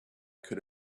could